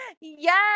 Yes